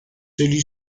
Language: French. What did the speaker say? celui